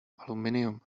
aluminium